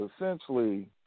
essentially